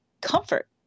comfort